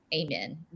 amen